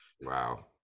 Wow